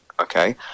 okay